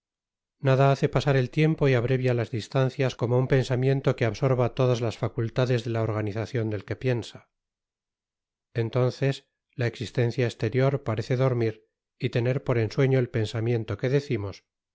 nada hace pasar el tiempo y abrevia las distancias como un pensamiento queabsorva todas las facultades de la organizacion del que piensa entonces la existencia eslerior parece dormir y tener por ensueño el pensamiento que decimos